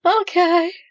Okay